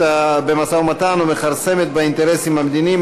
ובמשא-ומתן ומכרסמת באינטרסים המדיניים,